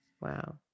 wow